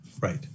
Right